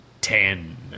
Ten